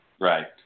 Right